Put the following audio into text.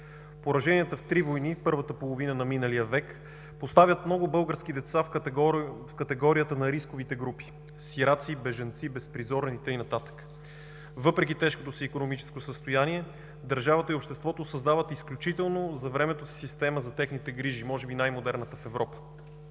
Пораженията в три войни в първата половина на миналия век поставят много български деца в категорията на рисковите групи – сираци, бежанци, безпризорни и така нататък. Въпреки тежкото си икономическо състояние държавата и обществото създават изключителна за времето си система за техните грижи – може би най-модерната в Европа.